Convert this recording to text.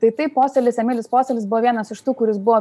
tai taip posėlis emilis posėlis buvo vienas iš tų kuris buvo